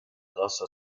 grâce